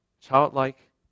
Childlike